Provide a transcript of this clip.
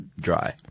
dry